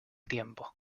tiempo